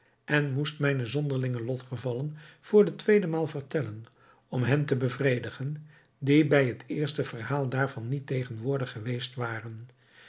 en moest mijne zonderlinge lotgevallen voor de tweede maal vertellen om hen te bevredigen die bij het eerste verhaal daarvan niet tegenwoordig geweest waren